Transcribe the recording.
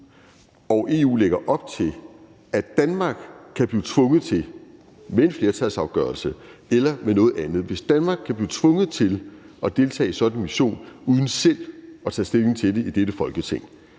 EU lægger op til, at Danmark kan blive tvunget til det med en flertalsafgørelse eller ved noget andet, altså hvis Danmark kan blive tvunget til at deltage i sådan en mission uden selv at tage stilling til det i dette Folketing